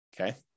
Okay